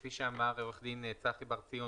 כפי שאמר עורך דין צחי בר ציון,